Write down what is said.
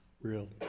real